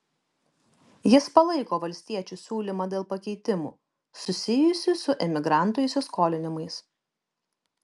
jis palaiko valstiečių siūlymą dėl pakeitimų susijusių su emigrantų įsiskolinimais